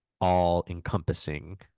all-encompassing